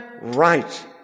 right